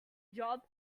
job